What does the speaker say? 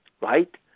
right